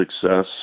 success